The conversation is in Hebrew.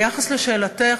ביחס לשאלתך,